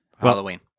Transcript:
Halloween